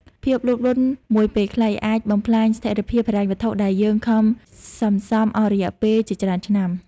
ភាពលោភលន់មួយពេលខ្លី អាចបំផ្លាញស្ថិរភាពហិរញ្ញវត្ថុដែលយើងខំសន្សំអស់រយៈពេលជាច្រើនឆ្នាំ។